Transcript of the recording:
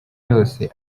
yose